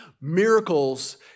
Miracles